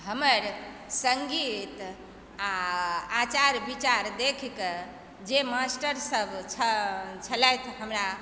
हमर सङ्गीत आ आचार विचार देखिके जे मास्टरसभ छलथि हमरा